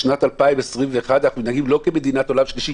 בשנת 2021 אנחנו מתנהגים לא כמדינת עולם שלישי.